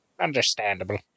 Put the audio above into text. Understandable